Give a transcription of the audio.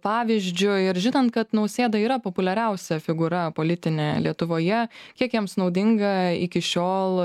pavyzdžiu ir žinant kad nausėda yra populiariausia figūra politinė lietuvoje kiek jiems naudinga iki šiol